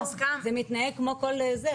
זה מתנהג כמו כל זה,